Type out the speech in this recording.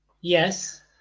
Yes